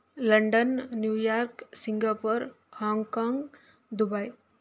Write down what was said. London New York Singapore Hong Kong Dubai